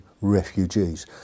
refugees